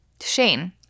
Shane